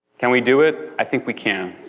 can we do it? i think we can.